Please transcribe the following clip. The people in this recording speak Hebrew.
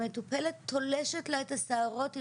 המטופלת תולשת לה את השערות,